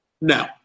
No